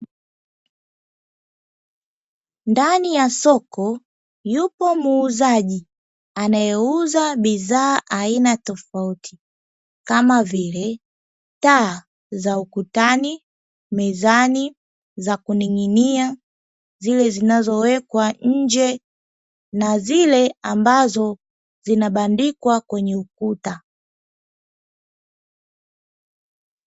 Ndani ya soko yupo muuzaji anayeuza bidhaa aina tofauti kama vile: taa za ukutani, mezani, za kuning'inia, zile zinazowekwa nje na zile ambazo zinazobandikwa kwenye ukuta.